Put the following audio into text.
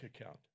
account